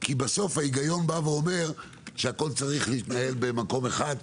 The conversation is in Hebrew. כי בסוף ההיגיון אומר שהכול צריך להתנהל במקום אחד,